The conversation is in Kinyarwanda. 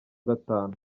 gatanu